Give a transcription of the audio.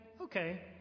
Okay